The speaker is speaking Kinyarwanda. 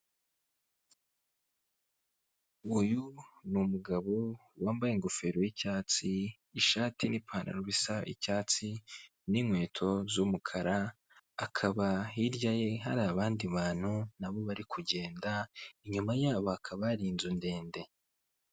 Uyu ni umugabo wambaye ingofero y'icyatsi, ishati n'ipantaro bisa icyatsi n'inkweto z'umukara, hakaba hirya ye hari abandi bantu nabo bari kugenda, inyuma yabo hakaba hari inzu ndende.